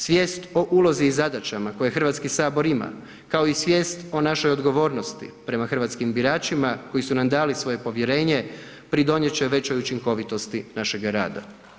Svijest o ulozi i zadaćama koje Hrvatski sabor ima kao i svijest o našoj odgovornosti prema hrvatskim biračima koji su nam dali svoje povjerenje, pridonijet će većoj učinkovitosti našega rada.